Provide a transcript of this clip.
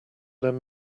lend